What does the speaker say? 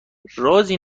رازی